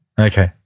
Okay